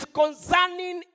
concerning